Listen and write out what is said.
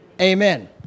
Amen